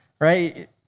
right